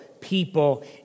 people